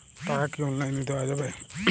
টাকা কি অনলাইনে দেওয়া যাবে?